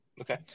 Okay